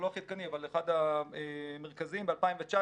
המרכזיים ב-2019,